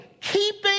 keeping